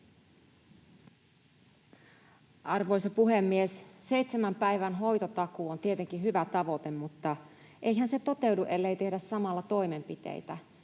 Arvoisa puhemies! Seitsemän päivän hoitotakuu on tietenkin hyvä tavoite, mutta eihän se toteudu, ellei tehdä samalla toimenpiteitä.